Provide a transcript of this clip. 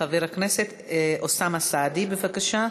חבר הכנסת אוסאמה סעדי, בבקשה.